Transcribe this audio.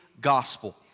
gospel